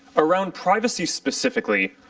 around privacy specifically,